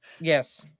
Yes